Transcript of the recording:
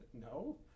No